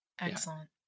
Excellent